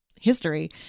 history